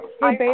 hi